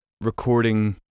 recording